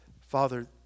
Father